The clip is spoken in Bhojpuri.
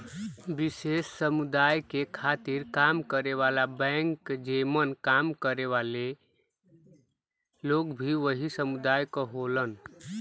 विशेष समुदाय के खातिर काम करे वाला बैंक जेमन काम करे वाले लोग भी वही समुदाय क होलन